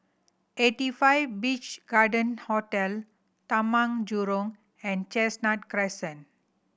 Eighty Five Beach Garden Hotel Taman Jurong and Chestnut Crescent